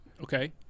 Okay